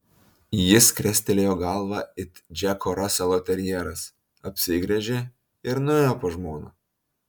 jis krestelėjo galvą it džeko raselo terjeras apsigręžė ir nuėjo pas žmoną